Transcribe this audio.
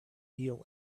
kneel